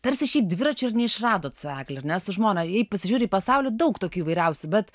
tarsi šiaip dviračio ir neišradot su egle ar ne su žmona pasižiūri į pasaulį daug tokių įvairiausių bet